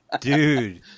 dude